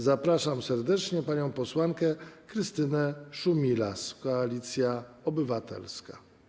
Zapraszam serdecznie panią posłankę Krystynę Szumilas, Koalicja Obywatelska.